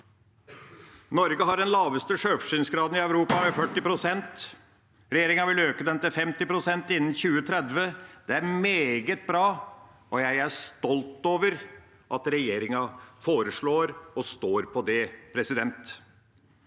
Norge har den laveste sjølforsyningsgraden i Europa, med 40 pst. Regjeringa vil øke den til 50 pst. innen 2030. Det er meget bra, og jeg er stolt over at regjeringa foreslår og står på det. Alle